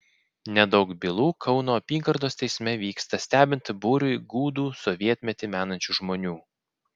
nedaug bylų kauno apygardos teisme vyksta stebint būriui gūdų sovietmetį menančių žmonių